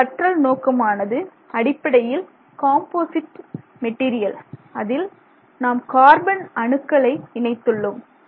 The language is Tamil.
நமது கற்றல் நோக்கமானது அடிப்படையில் காம்போசிட் மெட்டீரியல் அதில் நாம் கார்பன் அணுக்களை இணைத்துள்ளோம்